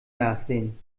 nachsehen